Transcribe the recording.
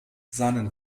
seinen